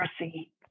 mercy